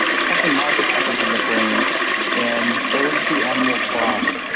something magic happens in the brain and those two animals bond,